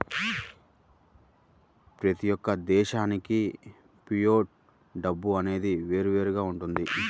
ప్రతి యొక్క దేశానికి ఫియట్ డబ్బు అనేది వేరువేరుగా వుంటది